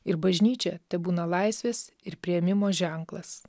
ir bažnyčia tebūna laisvės ir priėmimo ženklas